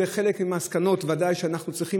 אלה חלק ממסקנות שאנחנו ודאי צריכים